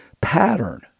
pattern